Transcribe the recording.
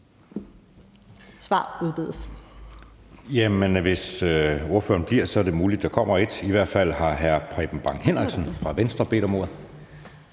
(Jeppe Søe): Hvis ordføreren bliver, er det muligt, at der kommer et. I hvert fald har hr. Preben Bang Henriksen fra Venstre bedt om ordet.